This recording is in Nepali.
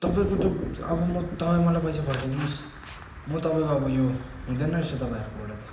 तपाईँको त अब म तपाईँ मलाई पैसा फर्काइदिनोस् म तपाईँको अब यो हुँदैन रहेछ तपाईँहरूकोबाट त